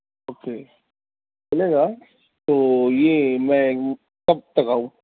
okay چلے گا تو یہ میں کب تک آؤں